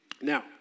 Now